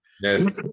Yes